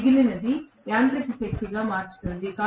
మిగిలినది యాంత్రిక శక్తిగా మార్చబడుతుంది